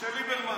של ליברמן.